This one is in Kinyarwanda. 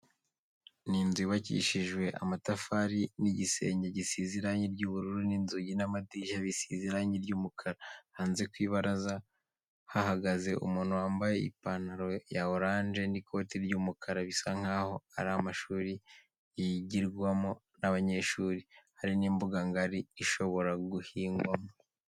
Ni inzu yubakishijwe amatafari n'igisenge gisize irange ry'ubururu n'inzugi n'amadirishya bisize irange ry'umukara. Hanze ku ibaraza hahagaze umuntu wambaye ipanaro ya oranje n'ikote ry'umukara, bisa nkaho ari amashuri yigigwamo n'abanyeshuri, hari n'imbuga ngari ishobora guhingwamo.